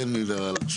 תן לי לחשוב.